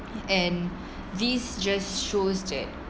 and this just shows that